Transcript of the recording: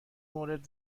مورد